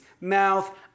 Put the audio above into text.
mouth